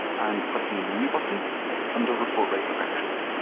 and clicking on the new button under report writer actions.